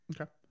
Okay